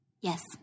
Yes